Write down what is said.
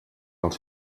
els